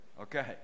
okay